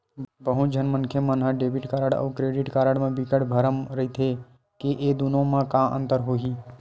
बहुत झन मनखे मन ह डेबिट कारड अउ क्रेडिट कारड म बिकट भरम रहिथे के ए दुनो म का अंतर होही?